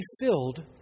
filled